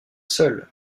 seul